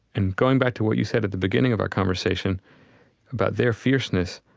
and going back to what you said at the beginning of our conversation about their fierceness,